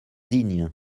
dignes